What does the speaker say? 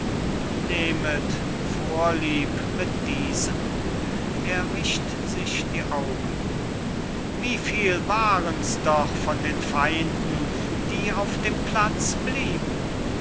nehmet vorlieb mit diesem er wischt sich die augen wie viel warens doch von den feinden die auf dem platz blieben